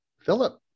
Philip